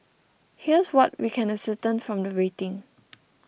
here's what we can ascertain from the rating